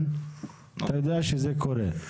אתה יודע שזה קורה.